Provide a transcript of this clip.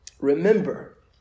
Remember